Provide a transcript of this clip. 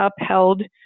upheld